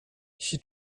jeśli